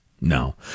No